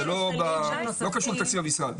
לא קשור לתקציב המשרד,